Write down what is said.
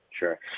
Sure